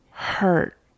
hurt